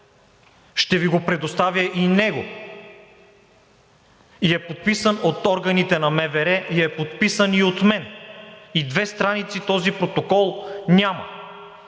Ще Ви го предоставя и него, и е подписан от органите на МВР, и е подписан и от мен. И две страници този протокол няма.